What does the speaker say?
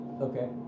Okay